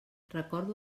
recordo